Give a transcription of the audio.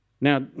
Now